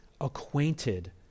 acquainted